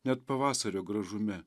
net pavasario gražume